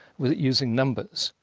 with using numbers.